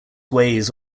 ways